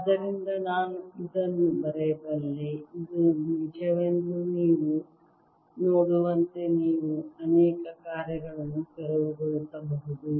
ಆದ್ದರಿಂದ ನಾನು ಇದನ್ನು ಬರೆಯಬಲ್ಲೆ ಇದು ನಿಜವೆಂದು ನೀವು ನೋಡುವಂತೆ ನೀವು ಅನೇಕ ಕಾರ್ಯಗಳನ್ನು ತೆರವುಗೊಳಿಸಬಹುದು